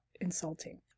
insulting